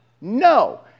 no